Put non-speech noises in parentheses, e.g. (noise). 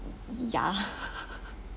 ya (laughs)